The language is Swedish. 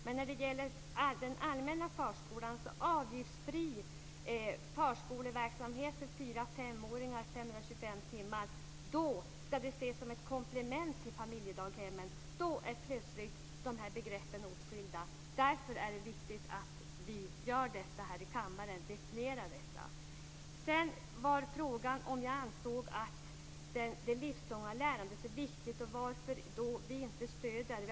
Men när det gäller den allmänna förskolan och 525 timmar avgiftsfri förskoleverksamhet för fyra-fem-åringar ska detta ses som ett komplement till familjedaghemmen. Då är plötsligt begreppen åtskilda! Därför är det viktigt att vi definierar dem här i kammaren. Lennart Gustavsson frågade också om jag ansåg att det livslånga lärandet är viktigt och varför vi i så fall inte stöder detta.